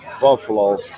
Buffalo